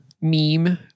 meme